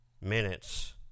minutes